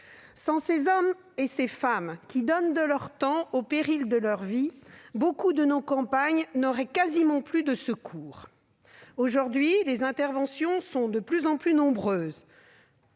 Sans ces femmes et ces hommes qui donnent de leur temps au péril de leur vie, beaucoup de nos campagnes n'auraient quasiment plus de secours. Aujourd'hui- et c'est notamment la conséquence des